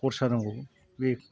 खरसा नांगौ बे